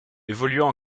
évoluant